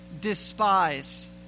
despise